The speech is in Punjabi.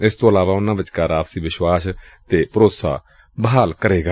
ਇਸ ਤੋਂ ਇਲਾਵਾ ਉਨੂਂ ਵਿਚਕਾਰ ਆਪਸੀ ਵਿਸ਼ਵਾਸ ਤੇ ਭਰੋਸਾ ਵੀ ਬਹਾਲ ਕਰੇਗਾ